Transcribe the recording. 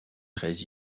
très